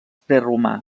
preromà